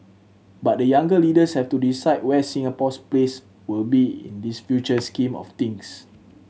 but the younger leaders have to decide where Singapore's place will be in this future scheme of things